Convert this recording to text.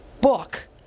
book